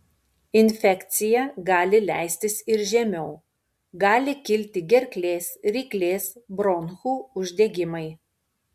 infekcija gali leistis ir žemiau gali kilti gerklės ryklės bronchų uždegimai